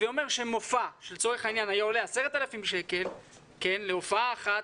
הווה אומר שמופע שלצורך העניין היה עולה 10,000 שקלים להופעה אחת,